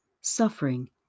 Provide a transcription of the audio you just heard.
suffering